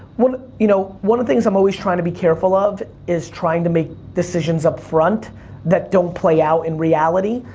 you know, one of the things i'm always trying to be careful of is trying to make decisions up front that don't play out in reality.